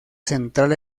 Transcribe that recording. central